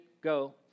Go